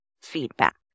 feedback